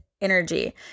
energy